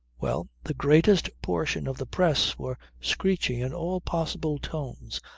well the greatest portion of the press were screeching in all possible tones,